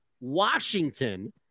Washington